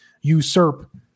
usurp